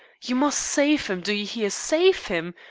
you must save him do you hear save him,